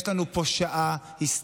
יש לנו פה שעה היסטורית,